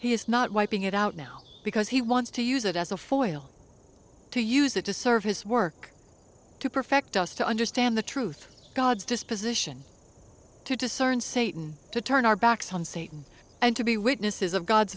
is not wiping it out now because he wants to use it as a foil to use it to serve his work to perfect us to understand the truth god's disposition to discern satan to turn our backs on satan and to be witnesses of god's